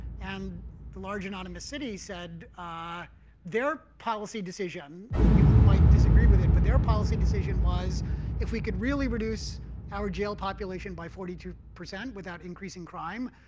and the large anonymous city said ah their policy decision ah you might disagree with it, but their policy decision was if we could really reduce our jail population by forty two percent without increasing crime,